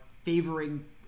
favoring